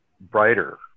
brighter